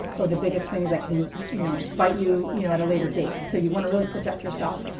or the biggest things that can you know bite you you know at a later date. so you want to really protect yourself.